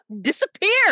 disappear